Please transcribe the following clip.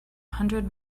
hundred